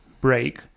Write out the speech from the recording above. break